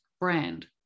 brand